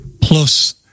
plus